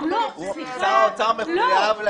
אנחנו רוצים להבין --- לא,